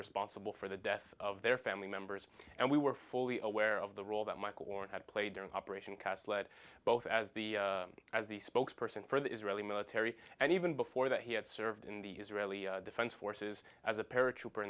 responsible for the death of their family members and we were fully aware of the role that michael oren had played during operation cast lead both as the as the spokesperson for the israeli military and even before that he had served in the israeli defense forces as a paratrooper